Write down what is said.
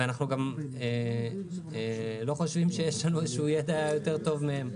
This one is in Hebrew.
אנחנו גם לא חושבים שהוא יהיה יותר טוב מהם.